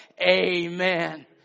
Amen